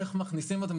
איך מכניסים אותם,